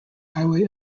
highway